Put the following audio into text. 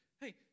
Hey